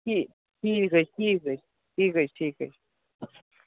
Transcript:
ٹھیٖک ٹھیٖک حظ چھُ ٹھیٖک حظ چھُ ٹھیٖک حظ چھُ ٹھیٖک حظ چھُ